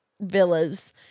villas